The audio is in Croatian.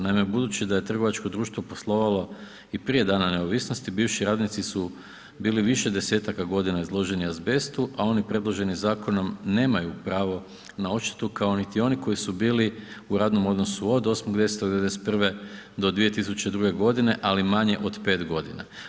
Naime budući da je trgovačko društvo poslovalo i prije Dana neovisnosti, bivši radnici su bili više 10-aka godina izloženi azbestu a oni predloženi zakonom nemaju pravo na odštetu kao niti oni koji su bili u radnom odnosu od 8. 10. 1991. do 2002. g. ali manje od 5 godina.